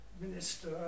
minister